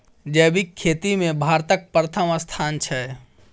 जैबिक खेती मे भारतक परथम स्थान छै